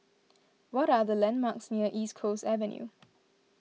what are the landmarks near East Coast Avenue